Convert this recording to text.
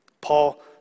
Paul